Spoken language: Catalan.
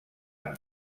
amb